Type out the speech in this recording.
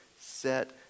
set